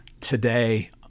today